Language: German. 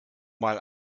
mal